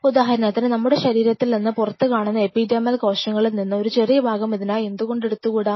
ഉദാഹരണത്തിന് നമ്മുടെ ശരീരത്തിന് പുറത്ത് കാണുന്ന എപിഡെർമൽ കോശങ്ങളിൽ നിന്ന് ഒരു ചെറിയ ഭാഗം ഇതിനായി എന്തുകൊണ്ട് എടുത്തുകൂടാ